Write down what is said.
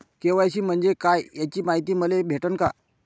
KYC म्हंजे काय याची मायती मले भेटन का?